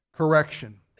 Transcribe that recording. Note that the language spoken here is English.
Correction